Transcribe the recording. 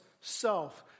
self